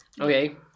okay